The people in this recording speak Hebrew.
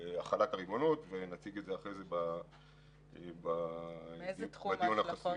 החלת הריבונות, ונציג את זה בדיון החסוי.